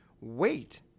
wait